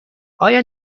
آیا